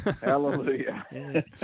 Hallelujah